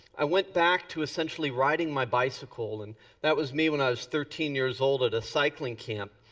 i went back to essentially riding my bicycle and that was me when i was thirteen years old at a cycling camp.